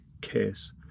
case